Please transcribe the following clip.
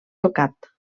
tocat